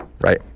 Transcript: right